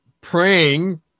praying